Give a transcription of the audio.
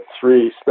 three